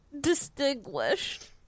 Distinguished